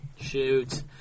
Shoot